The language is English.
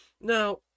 now